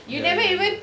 ya ya